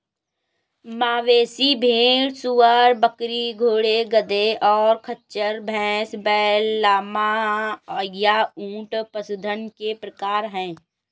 मवेशी, भेड़, सूअर, बकरी, घोड़े, गधे, और खच्चर, भैंस, बैल, लामा, या ऊंट पशुधन के प्रकार हैं